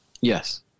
Yes